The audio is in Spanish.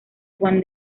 juan